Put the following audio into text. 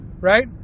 right